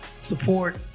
support